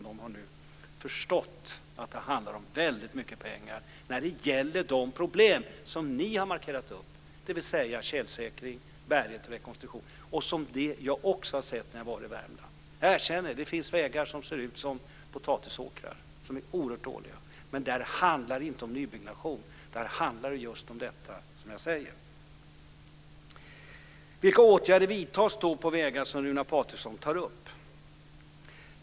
De har nu förstått att det handlar om väldigt mycket pengar när det gäller de problem som ni har markerat, dvs. tjälsäkring, bärighet och rekonstruktion. De har jag också sett när jag varit i Värmland. Jag erkänner att det finns vägar som ser ut som potatisåkrar och som är oerhört dåliga. Men det handlar inte om nybyggnation. Det handlar just om detta som jag säger. Patriksson tar upp?